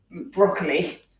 Broccoli